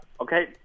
okay